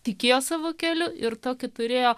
tikėjo savo keliu ir tokį turėjo